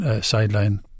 sideline